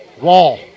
Wall